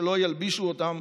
שלא ילבישו אותם